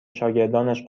شاگرداش